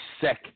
sick